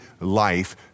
life